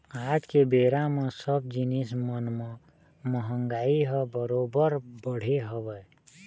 आज के बेरा म सब जिनिस मन म महगाई ह बरोबर बढ़े हवय